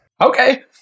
Okay